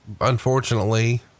unfortunately